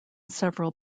several